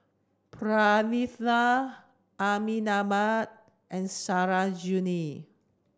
Pranav Amitabh and Sarojini